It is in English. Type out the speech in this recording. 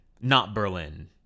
Not-Berlin